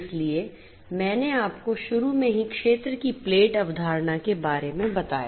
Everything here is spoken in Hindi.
इसलिए मैंने आपको शुरू में ही क्षेत्र की प्लेट अवधारणा के बारे में बताया